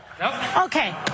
Okay